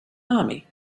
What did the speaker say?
army